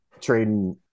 trading